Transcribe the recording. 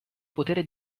potere